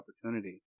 opportunity